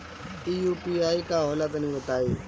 इ यू.पी.आई का होला तनि बताईं?